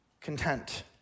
content